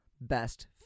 Best